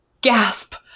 gasp